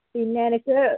ഇല്ല എനിക്ക്